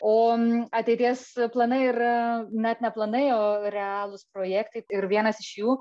o ateities planai yra net ne planai o realūs projektai ir vienas iš jų